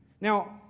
Now